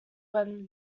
when